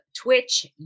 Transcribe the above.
Twitch